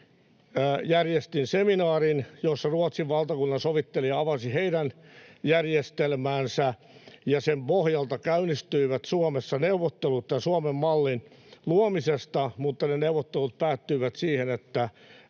järjestin seminaarin, jossa Ruotsin valtakunnansovittelija avasi heidän järjestelmäänsä. Sen pohjalta käynnistyivät Suomessa neuvottelut Suomen mallin luomisesta, mutta ne neuvottelut päättyivät siihen, että